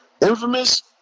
Infamous